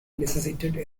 necessitated